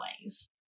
ways